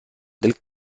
del